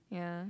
yeah